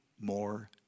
more